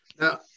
Now